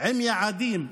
עם יעדים.